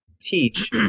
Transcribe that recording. teach